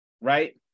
right